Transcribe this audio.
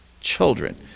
children